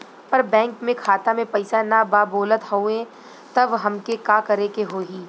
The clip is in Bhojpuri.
पर बैंक मे खाता मे पयीसा ना बा बोलत हउँव तब हमके का करे के होहीं?